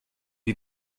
die